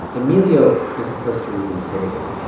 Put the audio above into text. emilio is a costa rican citizen.